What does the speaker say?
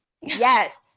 Yes